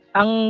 ang